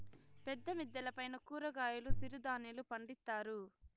పెద్ద మిద్దెల పైన కూరగాయలు సిరుధాన్యాలు పండిత్తారు